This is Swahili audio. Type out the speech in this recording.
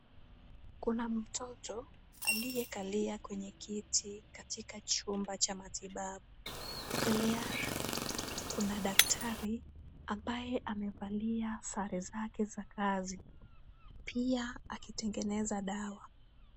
Kuna mtoto, aliyekalia kwenye kiti katika chumba cha matibabu. Mbele yake, kuna daktari ambaye amevalia sare zake za kazi, pia akitengeneza dawa.